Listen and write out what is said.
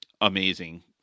amazing